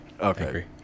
okay